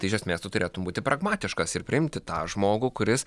tai iš esmės tu turėtum būti pragmatiškas ir priimti tą žmogų kuris